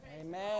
Amen